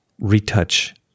retouch